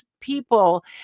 people